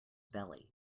belly